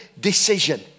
decision